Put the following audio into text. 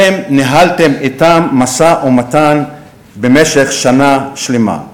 אתם ניהלתם אתם משא-ומתן במשך שנה שלמה.